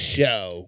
Show